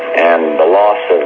and the loss of